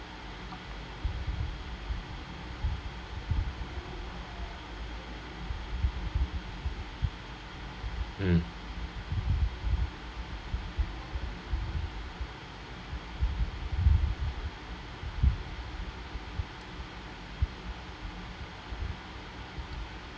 um